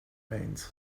means